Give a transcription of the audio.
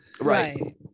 Right